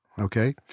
okay